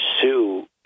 sue